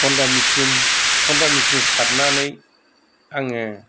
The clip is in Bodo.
हन्डा मेशिन हन्डा मेशिन सारनानै आङो